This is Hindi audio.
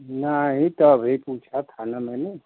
नहीं तो अभी पूछा था ना मैंने